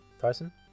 Tyson